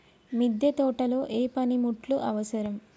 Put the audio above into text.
మిద్దె తోటలో ఏ పనిముట్లు అవసరం?